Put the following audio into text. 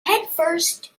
headfirst